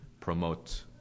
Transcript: promote